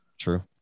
true